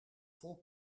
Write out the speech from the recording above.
vol